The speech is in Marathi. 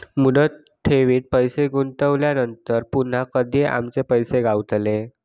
मुदत ठेवीत पैसे गुंतवल्यानंतर पुन्हा कधी आमचे पैसे गावतले?